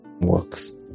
works